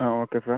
ആ okay sir